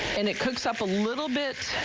and it cooks up a little bit.